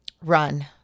run